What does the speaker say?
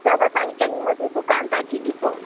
सभु असांजी चङी वॾी दुकान तव्हां अची ॾिसो